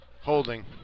Holding